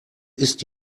ist